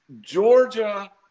Georgia